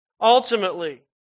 Ultimately